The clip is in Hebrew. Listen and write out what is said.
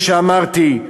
כפי שאמרתי,